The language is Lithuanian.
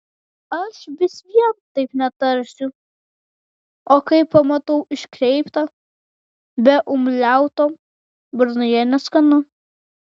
aš vis vien taip netarsiu o kai pamatau iškreiptą be umliauto burnoje neskanu